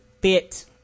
fit